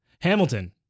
Hamilton